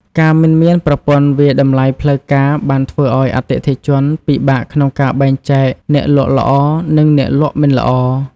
ការមិនមានប្រព័ន្ធវាយតម្លៃផ្លូវការបានធ្វើឱ្យអតិថិជនពិបាកក្នុងការបែងចែកអ្នកលក់ល្អនិងអ្នកលក់មិនល្អ។